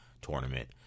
tournament